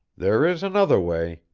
there is another way,